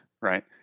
right